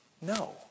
No